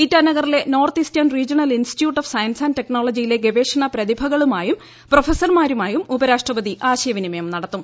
ഇറ്റാനഗറിലെ north eastern regional institute of science and ടെക്നോളജിയിലെ ഗവേഷണ പ്രതിഭകളുമായും പ്രൊഫസർമാരുമായും ഉപരാഷ്ട്രപതി ആശയവിനിമയം നടത്തും